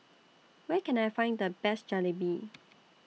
Where Can I Find The Best Jalebi